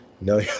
no